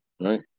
right